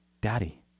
Daddy